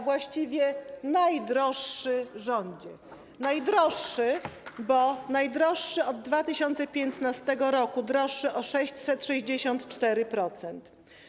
Właściwie najdroższy rządzie, bo jest najdroższy od 2015 r., droższy o 664%.